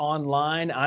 Online